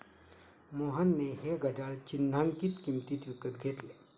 मोहनने हे घड्याळ चिन्हांकित किंमतीत विकत घेतले